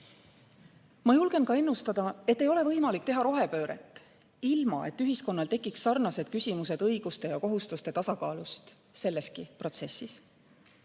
Julgen ennustada, et ei ole võimalik teha rohepööret, ilma et ühiskonnal tekiks sarnased küsimused õiguste ja kohustuste tasakaalust selleski protsessis,